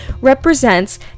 represents